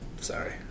Sorry